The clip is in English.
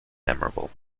memorable